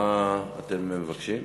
מה אתם מבקשים?